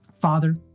Father